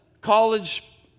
college